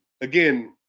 again